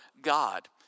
God